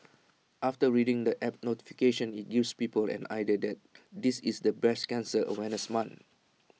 after reading the app notification IT gives people an idea that this is the breast cancer awareness month